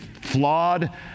flawed